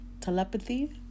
Telepathy